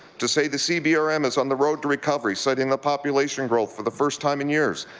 to say the cbrm is on the road to recovery, citing the population growth for the first time in years,